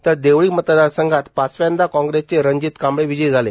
तर देवळी मतदारसंघात पाचव्यांदा काँग्रेसचे रणजित कांबळे विजयी झाले